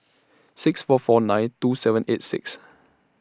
six four four nine two seven eight six